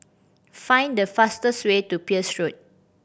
find the fastest way to Peirce Road